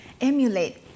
emulate